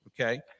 okay